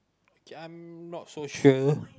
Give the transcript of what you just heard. okay I'm not so sure